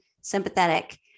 sympathetic